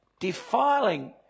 defiling